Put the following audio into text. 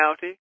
county